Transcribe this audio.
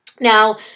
Now